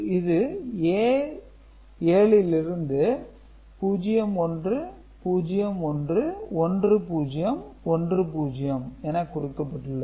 இது A 7 லிருந்து 01011010 என குறிக்கப்பட்டுள்ளது